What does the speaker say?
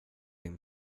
din